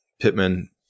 Pittman